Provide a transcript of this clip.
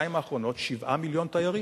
בשנתיים האחרונות יש 7 מיליוני תיירים,